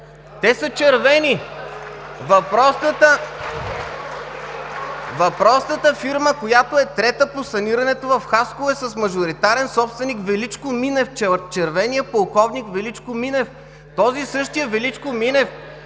от ГЕРБ.) Въпросната фирма, която е трета по саниране в Хасково, е с мажоритарен собственик Величко Минев – червеният полковник Величко Минев. Този същият Величко Минев